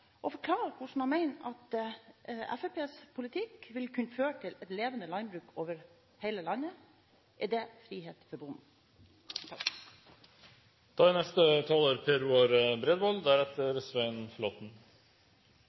forklare hvordan han mener at Fremskrittspartiets politikk vil kunne føre til et levende landbruk over hele landet. Er det frihet for